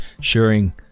sharing